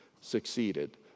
succeeded